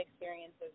experiences